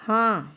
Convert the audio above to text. ਹਾਂ